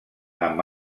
amb